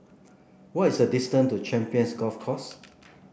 what is the distance to Champions Golf Course